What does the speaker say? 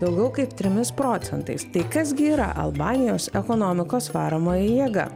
daugiau kaip trimis procentais tai kas gi yra albanijos ekonomikos varomoji jėga